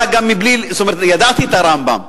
למסקנה, כלומר, ידעתי את הרמב"ם,